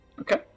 Okay